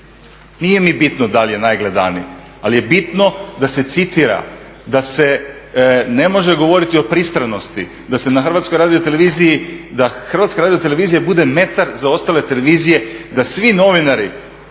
Nije mi bitno da li je najgledaniji, ali je bitno da se citira, da se ne može govoriti o pristranosti, da se na HRT bude metar za ostale televizije, da svi novinari